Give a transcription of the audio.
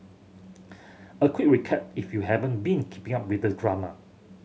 a quick recap if you haven't been keeping up with the drama